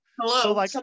Hello